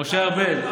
משה ארבל,